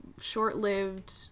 short-lived